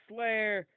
Slayer